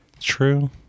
True